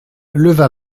leva